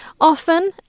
Often